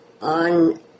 on